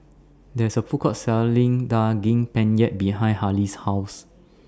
There IS A Food Court Selling Daging Penyet behind Hailee's House